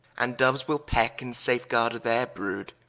and doues will pecke in safegard of their brood.